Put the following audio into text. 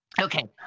Okay